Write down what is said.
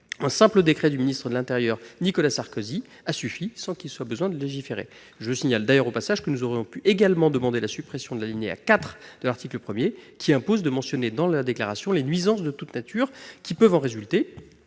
un simple décret du ministre de l'intérieur Nicolas Sarkozy a suffi. Il n'a nullement été besoin de légiférer. Je signale au passage que nous aurions également pu demander la suppression de l'alinéa 4 de l'article 1, qui impose de mentionner dans la déclaration les nuisances de toutes natures qui peuvent résulter